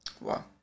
Wow